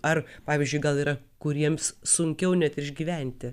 ar pavyzdžiui gal yra kuriems sunkiau net išgyventi